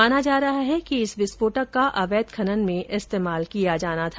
माना जा रहा है कि इस विस्फोटक का अवैध खनन में इस्तेमाल किया जाना था